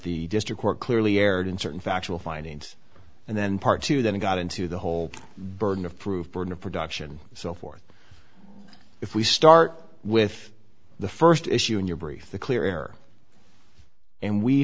the district court clearly erred in certain factual findings and then part two then got into the whole burden of proof burden of production so forth if we start with the st issue in your brief the clear air and we